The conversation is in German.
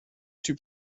typ